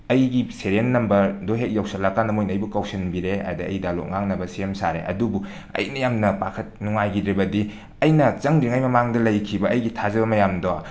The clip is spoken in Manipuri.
ꯑꯩꯒꯤ ꯁꯦꯔꯦꯜ ꯅꯝꯕꯔꯗꯣ ꯍꯦꯛ ꯌꯧꯁꯤꯜꯂꯛꯑꯀꯥꯟꯗ ꯃꯣꯏꯅ ꯑꯩꯕꯨ ꯀꯧꯁꯤꯟꯕꯤꯔꯛꯑꯦ ꯑꯗꯒꯤ ꯑꯩ ꯗꯥꯏꯂꯣꯛ ꯉꯥꯡꯅꯕ ꯁꯦꯝ ꯁꯥꯔꯦ ꯑꯗꯨꯕꯨ ꯑꯩꯅ ꯌꯥꯝꯅ ꯄꯥꯈꯠ ꯅꯨꯡꯉꯥꯏꯈꯤꯗ꯭ꯔꯤꯕꯗꯤ ꯑꯩꯅ ꯆꯪꯗ꯭ꯔꯤꯉꯒꯤ ꯃꯃꯥꯡꯗ ꯂꯩꯈꯤꯕ ꯑꯩꯒꯤ ꯊꯥꯖꯕ ꯃꯌꯥꯝꯗꯣ